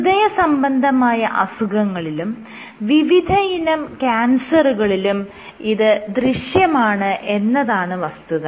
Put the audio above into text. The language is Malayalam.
ഹൃദയസംബന്ധമായ അസുഖങ്ങളിലും വിവിധയിനം ക്യാൻസറുകളിലും ഇത് ദൃശ്യമാണ് എന്നതാണ് വസ്തുത